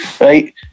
right